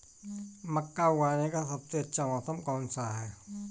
मक्का उगाने का सबसे अच्छा मौसम कौनसा है?